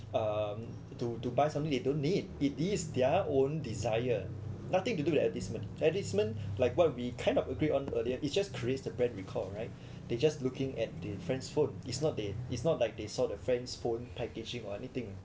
um to to buy something they don't need it these their own desire nothing to do with the advertisement advertisement like what we kind of agreed on earlier its just creates the brand recall right they just looking at the friend's phone it's not they it's not like they saw the friend's phone packaging or anything